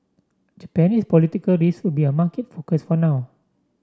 Japanese political risk will be a market focus for now